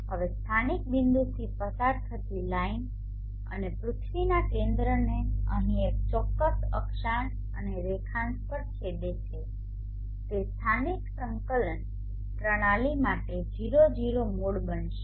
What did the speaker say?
હવે સ્થાનિક બિંદુથી પસાર થતી લાઇન અને પૃથ્વીના કેન્દ્રને અહીં એક ચોક્કસ અક્ષાંશ અને રેખાંશ પર છેદે છે તે સ્થાનિક સંકલન પ્રણાલી માટે 00 મૂળ બનશે